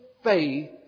faith